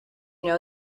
know